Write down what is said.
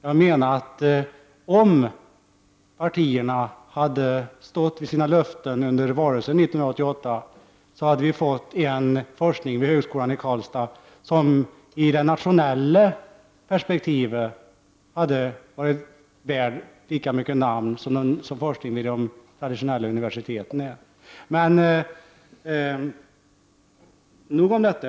Jag menade att om partierna hade stått vid sina löften i valrörelsen 1988, hade vi fått en forskning vid högskolan i Karlstad som i ett nationellt perspektiv kunnat mäta sig med forskningen vid de traditionella universiteten. Nog om detta!